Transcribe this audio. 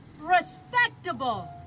respectable